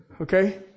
Okay